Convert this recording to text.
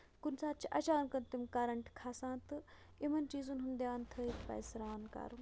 کُنہِ ساتہٕ چھِ اَچانک تِم کَرنٛٹ کھسان تہٕ یِمن چیٖزَن ہُنٛد دیان تھٲوِتھ پَزِ سران کَرُن